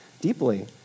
deeply